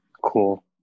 Cool